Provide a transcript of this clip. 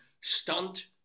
Stunt